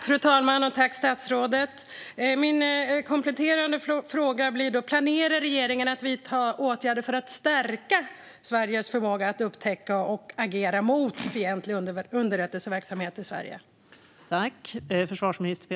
Fru talman! Tack, statsrådet! Min kompletterande fråga gäller om regeringen planerar att vidta åtgärder för att stärka Sveriges förmåga att upptäcka och agera mot fientlig underrättelseverksamhet i Sverige.